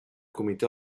comitè